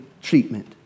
treatment